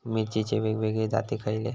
मिरचीचे वेगवेगळे जाती खयले?